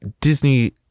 Disney